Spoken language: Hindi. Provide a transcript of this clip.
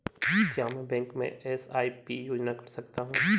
क्या मैं बैंक में एस.आई.पी योजना कर सकता हूँ?